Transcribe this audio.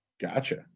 Gotcha